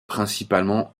principalement